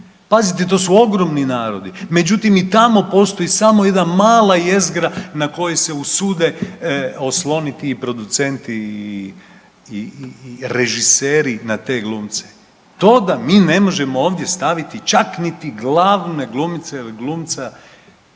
pazite to su ogromni narodi. Međutim i tamo postoji samo jedna mala jezgra na kojoj se usude osloniti i producenti i režiseri na te glumce. To da mi ne možemo ovdje staviti čak niti glavne glumice ili glumca,